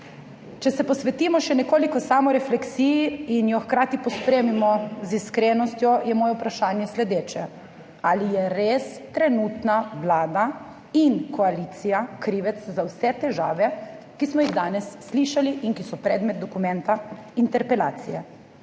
Če se še nekoliko posvetimo samorefleksiji in jo hkrati pospremimo z iskrenostjo, je moje vprašanje sledeče: ali je res trenutna vlada in koalicija krivec za vse težave, o katerih smo danes slišali in ki so predmet dokumenta interpelacije?